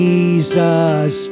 Jesus